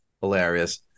Hilarious